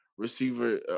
receiver